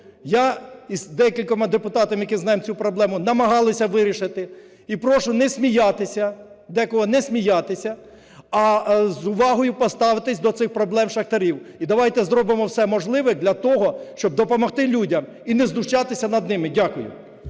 я із декількома депутатами, які знаємо цю проблему, намагалися вирішити. І прошу не сміятися декого, не сміятися, а з увагою поставитися до цих проблем шахтарів. І давайте зробимо все можливе для того, щоб допомогти людям і не знущатися над ними. Дякую.